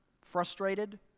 frustrated